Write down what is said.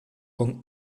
con